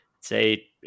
say